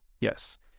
yes